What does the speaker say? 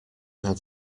had